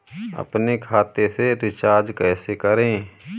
अपने खाते से रिचार्ज कैसे करें?